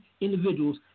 individuals